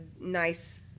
nice